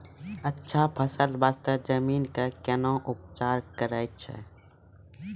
अच्छा फसल बास्ते जमीन कऽ कै ना उपचार करैय छै